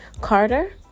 Carter